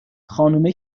خانومه